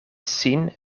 sin